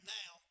now